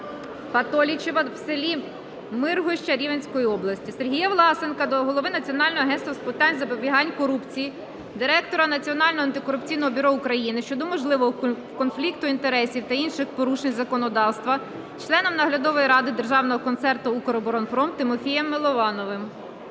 Патолічева в селі Мирогоща Рівненської області. Сергія Власенка до голови Національного агентства з питань запобігання корупції, Директора Національного антикорупційного бюро України щодо можливого конфлікту інтересів та інших порушень законодавства членом наглядової ради Державного концерну "Укроборонпром" Тимофієм Миловановим.